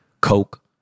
Coke